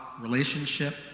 Relationship